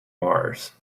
mars